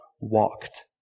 walked